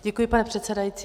Děkuji, pane předsedající.